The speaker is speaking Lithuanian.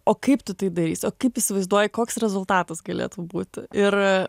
o kaip tu tai darysi o kaip įsivaizduoji koks rezultatas galėtų būt ir